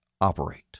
operate